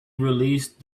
released